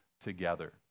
together